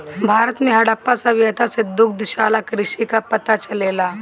भारत में हड़प्पा सभ्यता से दुग्धशाला कृषि कअ पता चलेला